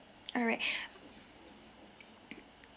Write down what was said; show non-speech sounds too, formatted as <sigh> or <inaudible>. all right <breath>